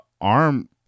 arm